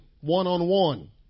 one-on-one